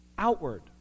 outward